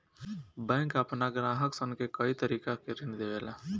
bank आपना ग्राहक सन के कए तरीका के ऋण देवेला